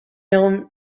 egon